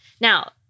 Now